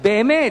באמת,